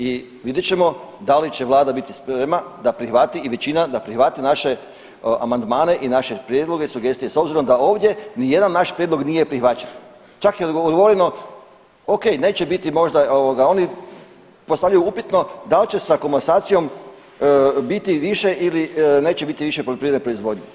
I vidjet ćemo da li će vlada biti spremna i većina da prihvati naše amandmane i naše prijedloge i sugestije, s obzirom da ovdje nijedan naš prijedlog nije prihvaćen, čak je odgovoreno ok neće biti možda, oni postavljaju upitno dal će sa komasacijom biti više ili neće biti više poljoprivredne proizvodnje.